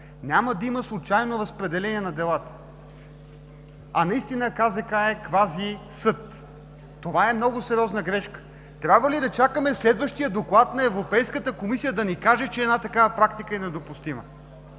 Няма да има случайно разпределение на делата. А наистина КЗК е квазисъд. Това е много сериозна грешка. Трябва ли да чакаме следващия доклад на Европейската комисия да ни каже, че една такава практика е недопустима?